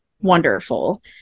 wonderful